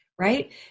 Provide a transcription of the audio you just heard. right